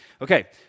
Okay